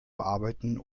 bearbeiten